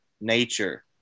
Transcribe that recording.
nature